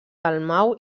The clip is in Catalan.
dalmau